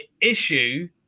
issue